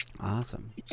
Awesome